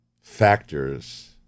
factors